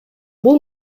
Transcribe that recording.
бул